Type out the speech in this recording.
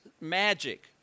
magic